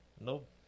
Nope